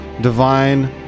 divine